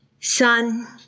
Son